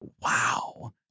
Wow